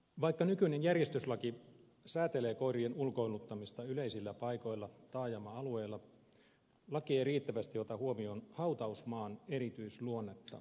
vaikka nykyinen järjestyslaki säätelee koirien ulkoiluttamista yleisillä paikoilla taajama alueilla laki ei riittävästi ota huomioon hautausmaan erityisluonnetta